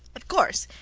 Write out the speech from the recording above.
of course!